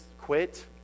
quit